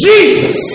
Jesus